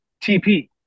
TP